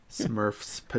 Smurfs